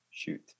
Shoot